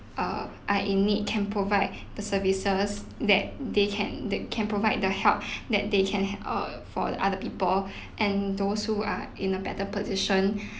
uh are in need can provide the services that they can they can provide the help that they can he~ uh for other the people and those who are in a better position